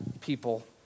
people